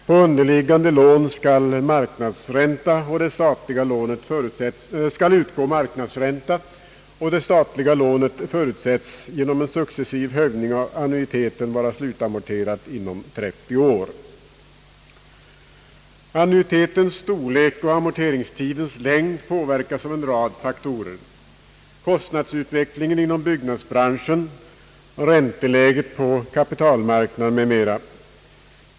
På underliggande lån skall utgå marknadsränta, och det statliga lånet förutsätts genom en successiv höjning av annuiteten vara slutamorterat inom 30 år. Annuitetens storlek och amorteringstidens längd påverkas av en rad faktorer — kostnadsutvecklingen inom byggnadsbranschen och ränteläget på kapitalmarknaden m. m,.